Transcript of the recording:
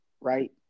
right